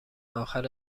آخر